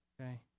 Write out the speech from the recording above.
Okay